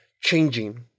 changing